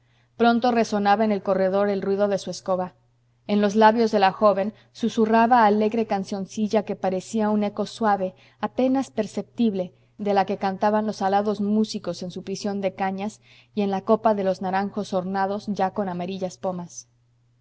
pronto resonaba en el corredor el ruido de su escoba en los labios de la joven susurraba alegre cancioncilla que parecía un eco suave apenas perceptible de la que cantaban los alados músicos en su prisión de cañas y en la copa de los naranjos ornados ya con amarillas pomas